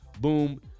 Boom